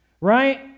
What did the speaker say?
right